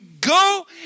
go